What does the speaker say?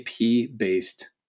IP-based